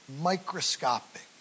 microscopic